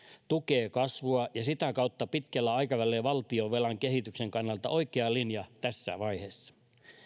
tukee kasvua ja sitä kautta pitkällä aikavälillä valtionvelan kehityksen kannalta oikea linja tässä vaiheessa